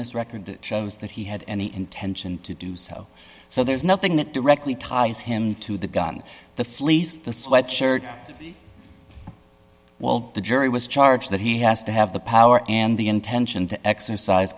this record that shows that he had any intention to do so so there's nothing that directly ties him to the gun the fleece the sweat shirt well the jury was charged that he has to have the power and the intention to exercise